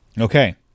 Okay